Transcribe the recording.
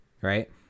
right